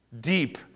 deep